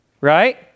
right